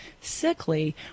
sickly